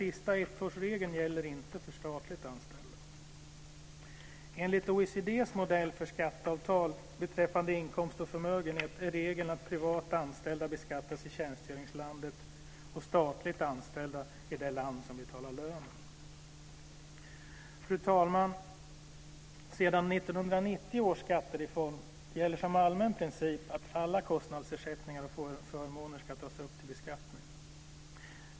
Denna ettårsregel gäller inte för statligt anställda. Enligt OECD:s modell för skatteavtal beträffande inkomst och förmögenhet är regeln att privat anställda beskattas i tjänstgöringslandet och statligt anställda i det land som betalar lönen. Fru talman! Sedan 1990 års skattereform gäller som allmän princip att alla kostnadsersättningar och förmåner ska tas upp till beskattning.